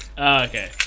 Okay